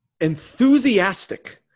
enthusiastic